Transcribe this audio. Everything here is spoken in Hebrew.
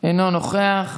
אינו נוכח,